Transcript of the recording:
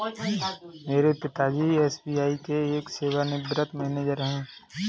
मेरे पिता जी एस.बी.आई के एक सेवानिवृत मैनेजर है